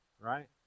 right